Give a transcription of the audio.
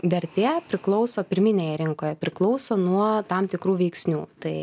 vertė priklauso pirminėje rinkoje priklauso nuo tam tikrų veiksnių tai